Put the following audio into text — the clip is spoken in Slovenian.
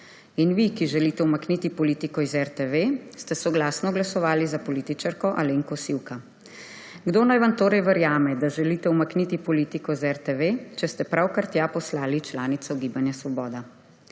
In vi, ki želite umakniti politiko iz RTV ste soglasno glasovali za političarko Alenko Sivka. Kdo naj vam torej verjame, da želite umakniti politiko iz RTV, če ste pravkar tja poslali članico Gibanje svoboda.